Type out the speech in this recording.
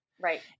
Right